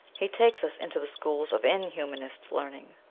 he takes us into the schools of inhumanist learning,